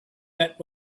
met